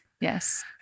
Yes